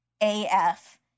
AF